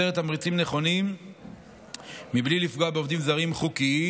יוצרת תמריצים נכונים בלי לפגוע בעובדים זרים חוקיים